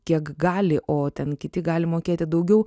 kiek gali o ten kiti gali mokėti daugiau